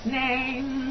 name